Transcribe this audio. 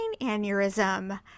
aneurysm